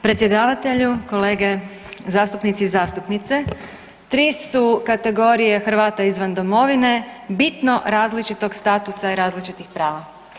Predsjedavatelju, kolege zastupnice i zastupnici tri su kategorije Hrvata izvan domovine bitno različitog statusa i različitih prava.